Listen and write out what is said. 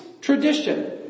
tradition